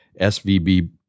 SVB